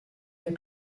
mes